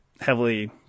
heavily